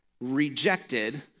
rejected